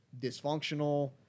dysfunctional